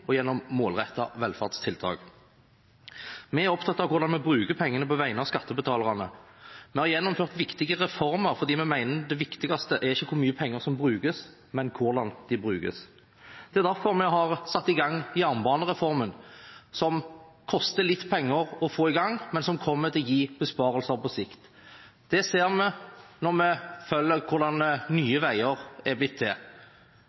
og gjennom målrettede velferdstiltak. Vi er opptatt av hvordan vi bruker pengene på vegne av skattebetalerne. Vi har gjennomført viktige reformer fordi vi mener det viktigste er ikke hvor mye penger som brukes, men hvordan de brukes. Det er derfor vi har satt i gang jernbanereformen, som koster litt penger å få i gang, men som kommer til å gi besparelser på sikt. Det ser vi når vi følger hvordan Nye Veier er blitt til.